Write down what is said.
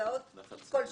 ובהסעות כל שכן.